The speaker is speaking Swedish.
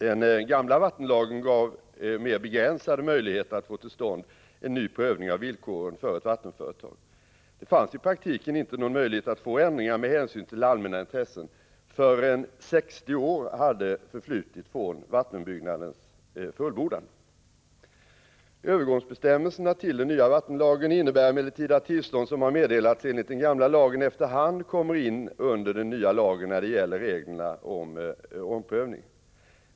Den gamla vattenlagen gav mer begränsade möjligheter att få till stånd en ny prövning av villkoren för ett vattenföretag. Det fanns i praktiken inte någon möjlighet att få ändringar med hänsyn till allmänna intressen förrän 60 år hade förflutit från vattenbyggnadens fullbordan. Övergångsbestämmelserna till den nya vattenlagen innebär emellertid att tillstånd som har meddelats enligt den gamla lagen efter hand kommer in under den nya lagen när det gäller reglerna om omprövning.